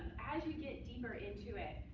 as you get deeper into it,